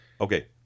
Okay